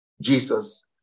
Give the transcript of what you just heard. Jesus